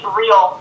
real